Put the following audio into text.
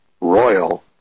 royal